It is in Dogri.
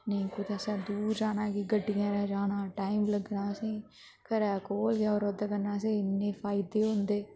नेईं कुदै असें दूर जाना कि गड्डियैं रै जाना टाइम लग्गना असेंई घरै कोल गै होर ओह्दे कन्नै असेंई इन्ने फायदे होंदे